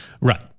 Right